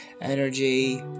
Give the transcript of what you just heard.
energy